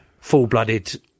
full-blooded